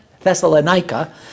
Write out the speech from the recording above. Thessalonica